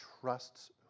trusts